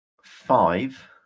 five